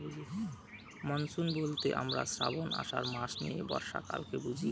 monsoon বলতে আমরা শ্রাবন, আষাঢ় মাস নিয়ে বর্ষাকালকে বুঝি